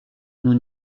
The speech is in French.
nous